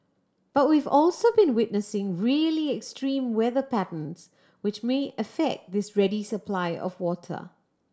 but we've also been witnessing really extreme weather patterns which may affect this ready supply of water